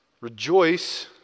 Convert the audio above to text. Rejoice